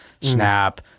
Snap